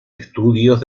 estudios